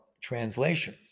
translation